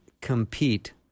compete